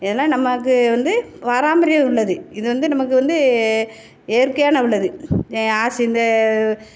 எதுனால் நமக்கு வந்து பாரம்பரியம் உள்ளது இது வந்து நமக்கு வந்து இயற்கையான உள்ளது என் ஆசி இந்த